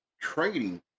trading